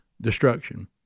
destruction